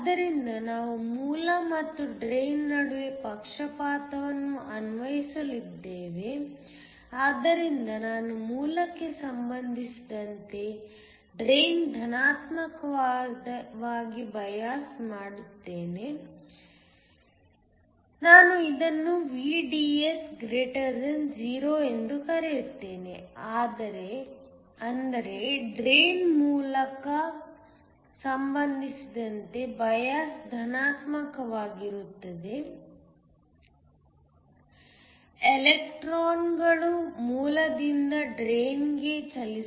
ಆದ್ದರಿಂದ ನಾವು ಮೂಲ ಮತ್ತು ಡ್ರೈನ್ ನಡುವೆ ಪಕ್ಷಪಾತವನ್ನು ಅನ್ವಯಿಸಲಿದ್ದೇವೆ ಆದ್ದರಿಂದ ನಾನು ಮೂಲಕ್ಕೆ ಸಂಬಂಧಿಸಿದಂತೆ ಡ್ರೈನ್ ಧನಾತ್ಮಕವಾಗಿ ಬಯಾಸ್ ಮಾಡುತ್ತೇನೆ ನಾನು ಇದನ್ನು VDS 0 ಎಂದು ಕರೆಯುತ್ತೇನೆ ಅಂದರೆ ಡ್ರೈನ್ ಮೂಲಕ್ಕೆ ಸಂಬಂಧಿಸಿದಂತೆ ಬಯಾಸ್ ಧನಾತ್ಮಕವಾಗಿರುತ್ತದೆ ಎಲೆಕ್ಟ್ರಾನ್ಗಳು ಮೂಲದಿಂದ ಡ್ರೈನ್ಗೆ ಚಲಿಸಬಹುದು